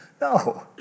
No